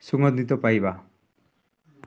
ସୁଗନ୍ଧିତ ପାଇବା